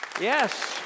yes